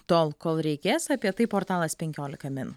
tol kol reikės apie tai portalas penkiolika min